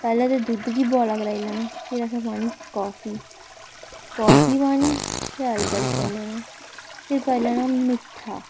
पैह्लें ते दुद्ध गी बोआला कराई लैना फिर असें पानी काफी काफी पानी शैल गड़कन देना फिर पाई लैना मिट्ठा